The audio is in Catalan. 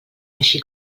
així